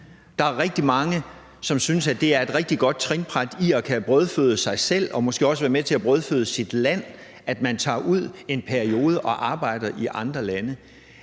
Der er rigtig mange, som synes, at det er et rigtig godt trinbræt i forhold til at kunne brødføde sig selv og måske også være med til at brødføde sit land, at man tager ud en periode og arbejder i andre lande.